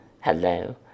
Hello